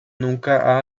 nunca